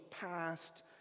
past